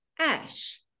Ash